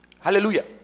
Hallelujah